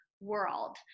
world